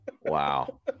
Wow